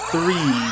Three